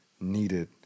needed